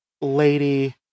Lady